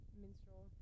minstrel